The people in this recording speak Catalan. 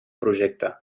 projecte